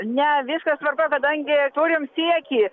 ne viskas tvarkoj kadangi turim siekį